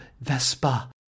Vespa